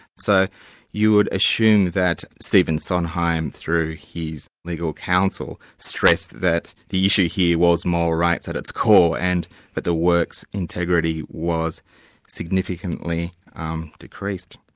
so you would assume that stephen sondheim through his legal counsel, stressed that the issue here was moral rights at its core, and that the work's integrity was significantly um decreased.